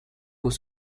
was